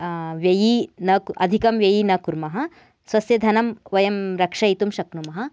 व्ययी न कु अधिकं व्ययी न कुर्मः स्वस्य धनं वयं रक्षयितुं शक्नुमः